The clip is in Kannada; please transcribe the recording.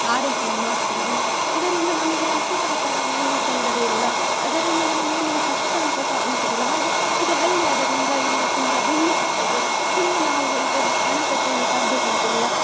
ಆರೈಕೆಯನ್ನು ಮಾಡ್ತಾರೆ ಇದರಿಂದ ನಮಗೆ ಪಶುಸಾಕಣೆಗೆ ಏನೂ ತೊಂದರೆ ಇಲ್ಲ ಅದರಿಂದ ನಮಗೆ ಏನು ಕಷ್ಟ ಅಂತ ಸಹ ಅನ್ನಿಸುವುದಿಲ್ಲ ಹಾಗೇ ಇದು ಹಳ್ಳಿ ಆದ್ದರಿಂದ ಇಲ್ಲಿ ತುಂಬ ಹುಲ್ಲು ಸಿಕ್ತದೆ ಹುಲ್ಲು ನಾವು ಹೊಯ್ಗೆ ಹಣ ಕೊಟ್ಟು ಏನು ತರಬೇಕಂತಿಲ್ಲ